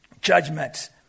judgment